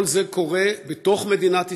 כל זה קורה בתוך מדינת ישראל,